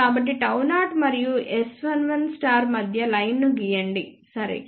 కాబట్టి Γ0 మరియు S11 మధ్య లైన్ ను గీయండి సరే